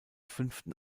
fünften